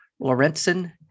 Lorentzen